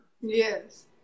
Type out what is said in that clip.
Yes